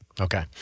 Okay